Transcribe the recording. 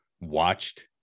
watched